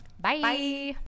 bye